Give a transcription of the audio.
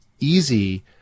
Easy